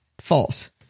False